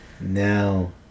now